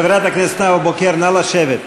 חברת הכנסת נאוה בוקר, נא לשבת,